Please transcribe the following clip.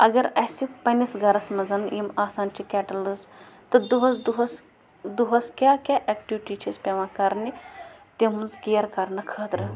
اَگر اَسہِ پنٛنِس گَرَس منٛز یِم آسان چھِ کٮ۪ٹلٕز تہٕ دۄہَس دۄہَس دۄہَس کیٛاہ کیٛاہ اٮ۪کٹِوٹی چھِ اَسہِ پٮ۪وان کَرنہِ تِہٕنٛز کِیَر کَرنہٕ خٲطرٕ